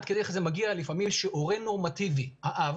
לפעמים זה מגיע לכך שהורה נורמטיבי, האב,